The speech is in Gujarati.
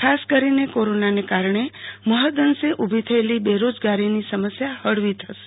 ખાસ કરીને કોરોનાને કારણે મહદઅંશે ઉભી થયેલી બેરોજગારીની સમસ્યા હળવી થશે